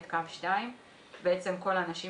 את קו 2. בעצם כל האנשים